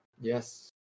Yes